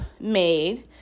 made